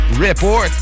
Report